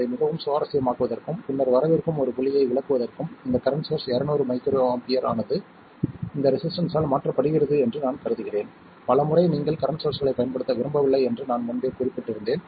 அதை மிகவும் சுவாரஸ்யமாக்குவதற்கும் பின்னர் வரவிருக்கும் ஒரு புள்ளியை விளக்குவதற்கும் இந்த கரண்ட் சோர்ஸ் 200 µA ஆனது இந்த ரெசிஸ்டன்ஸ் ஆல் மாற்றப்படுகிறது என்று நான் கருதுகிறேன் பல முறை நீங்கள் கரண்ட் சோர்ஸ்களைப் பயன்படுத்த விரும்பவில்லை என்று நான் முன்பே குறிப்பிட்டிருந்தேன்